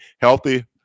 healthy